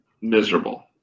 miserable